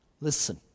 Listen